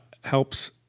helps